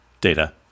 Data